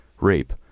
rape